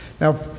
Now